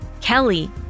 Kelly